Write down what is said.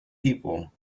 people